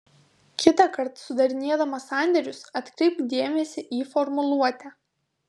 kitąkart sudarinėdamas sandėrius atkreipk dėmesį į formuluotę